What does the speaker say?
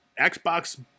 Xbox